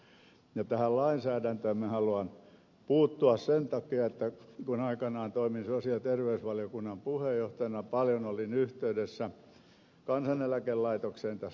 tähän lainsäädäntöön minä haluan puuttua sen takia että kun aikanaan toimin sosiaali ja terveysvaliokunnan puheenjohtajana niin paljon olin yhteydessä kansaneläkelaitokseen tässä lainvalmistelussa